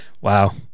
wow